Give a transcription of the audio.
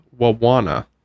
Wawana